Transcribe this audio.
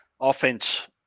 offense